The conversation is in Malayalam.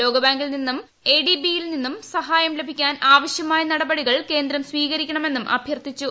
ലോകബാങ്കിൽ നിന്നും എഡിബി യിൽ നിന്നും സഹായം ലഭിക്കാൻ ആവശ്യമായ നടപടികൾ കേന്ദ്രം സ്വീകരിക്കണമെന്നും അഭ്യർത്ഥിച്ചു